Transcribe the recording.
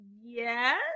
yes